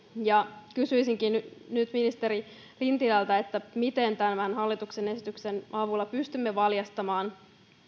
kysyisinkin nyt ministeri lintilältä miten tämän hallituksen esityksen avulla pystymme valjastamaan siis